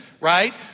right